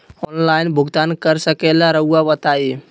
Online loan भुगतान कर सकेला राउआ बताई?